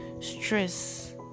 stress